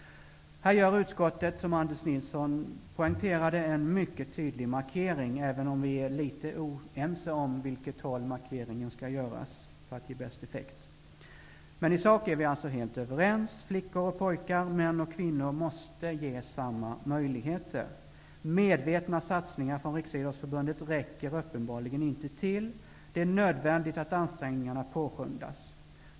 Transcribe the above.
Här gör utskottet, som Anders Nilsson poängterade, en mycket tydlig markering, även om vi är litet oense om åt vilket håll markeringen skall göras för att ge bäst effekt. Men i sak är vi alltså helt överens -- flickor och pojkar, män och kvinnor måste ges samma möjligheter. Medvetna satsningar från Riksidrottsförbundet räcker uppenbarligen inte till. Det är nödvändigt att ansträngningarna påskyndas.